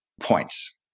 points